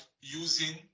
using